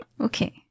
Okay